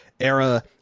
era